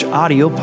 audio